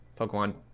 Pokemon